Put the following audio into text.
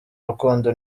rukundo